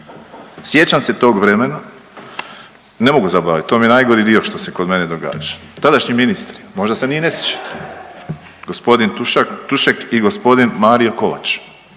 Sjećam se tog vremena, ne mogu zaboraviti, to mi je najgori dio što se kod mene događa. Tadašnji ministri možda se ni ne sjećaju, gospodin Tušak, Tušek i gospodin Mario Kovač,